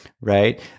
Right